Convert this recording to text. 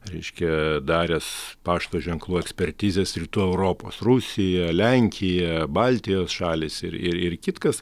reiškia daręs pašto ženklų ekspertizes rytų europos rusija lenkija baltijos šalys ir ir ir kitkas